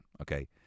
Okay